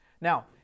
Now